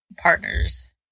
partners